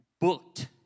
booked